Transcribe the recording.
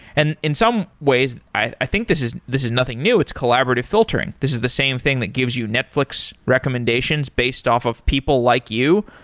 and in some ways, i think this is this is nothing new. it's collaborative filtering. this is the same thing that gives you netflix recommendations based off of people like you,